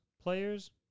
players